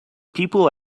people